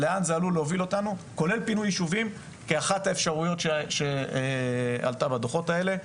לפי אחת האפשרויות שעלו בדוחות האלה,